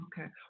Okay